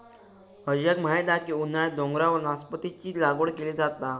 अजयाक माहीत असा की उन्हाळ्यात डोंगरावर नासपतीची लागवड केली जाता